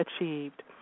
achieved